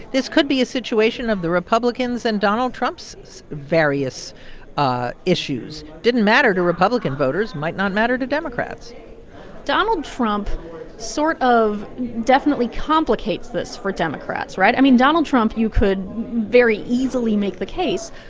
this could be a situation of the republicans and donald trump's various ah issues. didn't matter to republican voters. might not matter to democrats donald trump sort of of definitely complicates this for democrats. right? i mean, donald trump, you could very easily make the case,